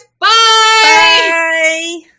Bye